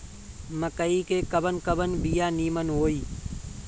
मकई के कवन कवन बिया नीमन होई?